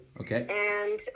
Okay